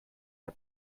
der